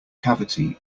cavity